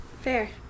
Fair